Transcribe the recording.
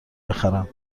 بخرم